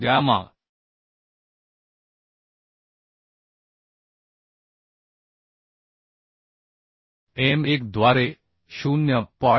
gamma m 1 द्वारे 0